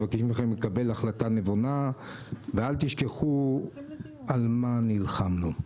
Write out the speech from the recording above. אני מבקש מכם לקבל החלטה נכונה ואל תשכחו על מה נלחמנו.